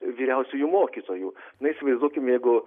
vyriausiųjų mokytojų na įsivaizduokim jeigu